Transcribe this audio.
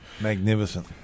Magnificent